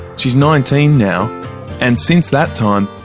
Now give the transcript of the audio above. she's nineteen now and since that time,